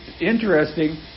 interesting